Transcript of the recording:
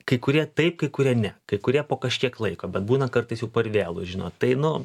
kai kurie taip kai kurie ne kai kurie po kažkiek laiko bet būna kartais jau per vėlu žinot tai nu